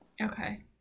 Okay